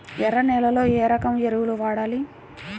ఎర్ర నేలలో ఏ రకం ఎరువులు వాడాలి?